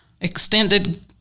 extended